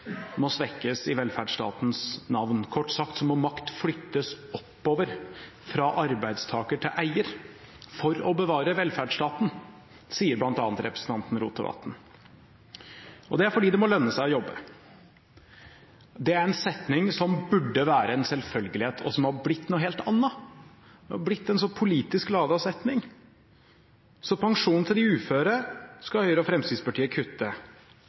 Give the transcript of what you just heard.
må svekkes – i velferdsstatens navn. Kort sagt må makt flyttes oppover fra arbeidstaker til eier for å bevare velferdsstaten, sier bl.a. representanten Rotevatn. Det er fordi det må lønne seg å jobbe. Det er en setning som burde være en selvfølgelighet, men som har blitt noe helt annet. Det har blitt en så politisk ladet setning. Pensjonen til de uføre skal Høyre og Fremskrittspartiet kutte